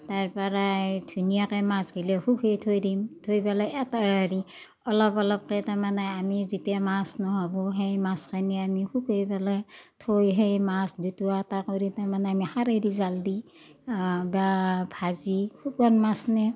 তাৰপৰাই ধুনীয়াকৈ মাছবিলাক শুকুৱাই থৈ দিম থৈ পেলাই এটা হেৰি অলপ অলপকে তাৰমানে আমি যেতিয়া মাছ নোহোৱা হ'ব সেই মাছখিনি আমি শুকুৱাই পেলাই থৈ সেই মাছ জুতুৱা এটা কৰি তাৰমানে আমি খাৰেদি জাল দি বা ভাজি শুকান মাছ নে